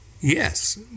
Yes